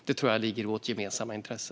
Jag tror att det ligger i vårt gemensamma intresse.